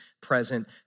present